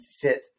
fit